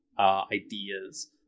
Ideas